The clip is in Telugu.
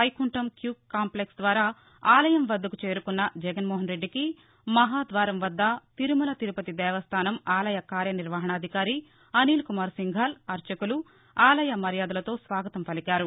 వైకుంఠం క్యూ కాంప్లెక్స్ ద్వారా ఆలయం వద్దకు చేరుకున్న జగన్ మోహన్ రెడ్డికి మహాద్వారం వద్ద తిరుమల తిరుపతి దేవస్థానం ఆలయ కార్యనిర్వహణాధికారి అనిల్కుమార్ సింఘాల్ అర్చకులు ఆలయ మర్యాదలతో స్వాగతం పలికారు